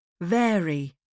Vary